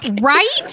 Right